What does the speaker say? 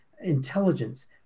intelligence